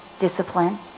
discipline